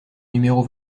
numéro